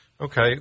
Okay